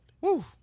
Woo